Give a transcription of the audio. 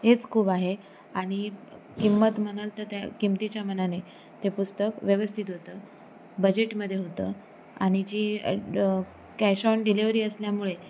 हेच खूप आहे आणि किंमत म्हणाल तर त्या किमतीच्या मानाने ते पुस्तक व्यवस्थित होतं बजेटमध्ये होतं आणि जी कॅश ऑन डिलेवरी असल्यामुळे